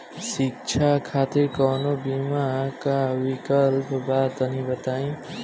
शिक्षा खातिर कौनो बीमा क विक्लप बा तनि बताई?